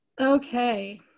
Okay